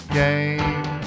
game